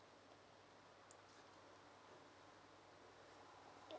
uh